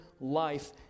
life